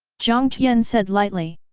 jiang tian said lightly.